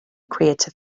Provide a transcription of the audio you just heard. creative